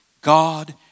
God